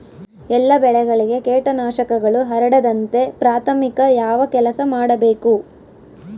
ಎಲ್ಲ ಬೆಳೆಗಳಿಗೆ ಕೇಟನಾಶಕಗಳು ಹರಡದಂತೆ ಪ್ರಾಥಮಿಕ ಯಾವ ಕೆಲಸ ಮಾಡಬೇಕು?